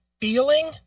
feeling